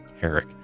Herrick